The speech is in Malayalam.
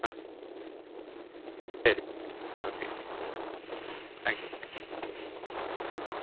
ആ ശരി ഓക്കെ ആയിക്കോട്ടെ